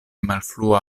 malfrua